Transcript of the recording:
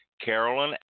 Carolyn